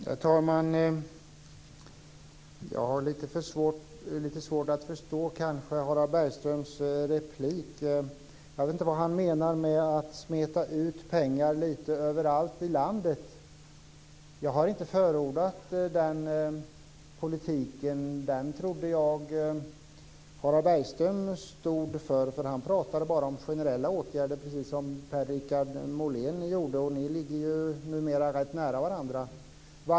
Herr talman! Jag har lite svårt att förstå Harald Bergströms replik. Jag vet inte vad han menar med att smeta ut pengar lite överallt i landet. Jag har inte förordat den politiken. Den trodde jag att Harald Bergström stod för eftersom han bara pratade om generella åtgärder, precis som Per-Richard Molén gjorde. Och ni ligger ju numera rätt nära varandra.